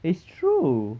it's true